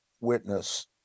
witness